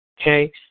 Okay